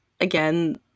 again